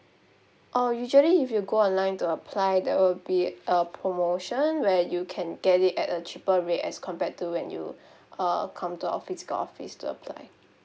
oh usually if you go online to apply there will be a promotion where you can get it at a cheaper rate as compared to when you uh come to our office got office to apply